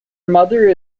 mother